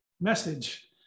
message